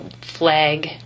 flag